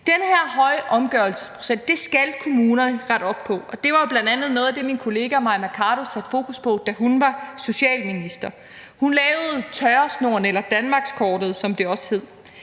Den her høje omgørelsesprocent skal kommunerne rette op på. Det var bl.a. noget af det, min kollega Mai Mercado satte fokus på, da hun var socialminister. Hun lavede tørresnoren eller danmarkskortet, som det også hed.